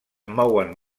mouen